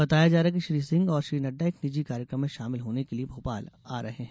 बताया जा रहा है कि श्री सिंह और श्री नड्डा एक निजी कार्यक्रम में शामिल होने के लिए भोपाल आ रहे है